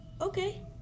Okay